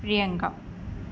Priyanka